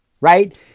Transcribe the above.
right